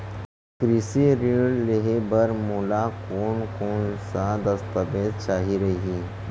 कृषि ऋण लेहे बर मोला कोन कोन स दस्तावेज चाही रही?